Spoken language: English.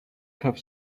have